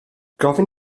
gofyn